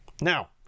Now